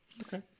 okay